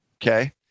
okay